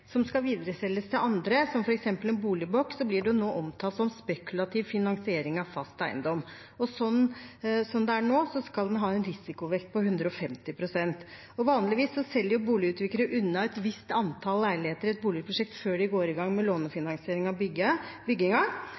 som skal videreselges til andre, f.eks. en boligblokk, blir det nå omtalt som spekulativ finansiering av fast eiendom. Sånn det er nå, skal en ha en risikovekt på 150 pst. Vanligvis selger boligutviklere unna et visst antall leiligheter i et boligprosjekt før de går i gang med lånefinansiering av